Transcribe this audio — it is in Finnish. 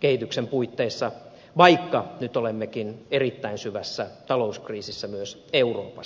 kehityksen puitteissa vaikka nyt olemmekin erittäin syvässä talouskriisissä myös euroopassa